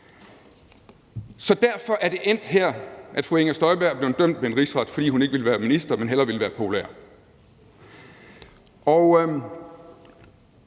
Så derfor er det endt her. Fru Inger Støjberg er blevet dømt ved en rigsret, fordi hun ikke ville være ministeren, men hellere ville være populær.